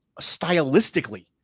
stylistically